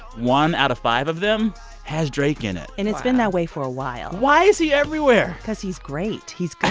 one out of five of them has drake in it wow and it's been that way for a while why is he everywhere? because he's great. he's good